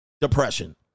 depression